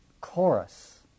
chorus